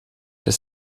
des